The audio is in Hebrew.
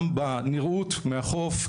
גם בנראות מהחוף,